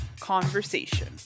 conversation